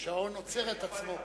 השעון עוצר את עצמו.